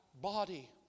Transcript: body